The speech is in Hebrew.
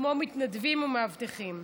כמו מתנדבים ומאבטחים.